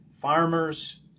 farmers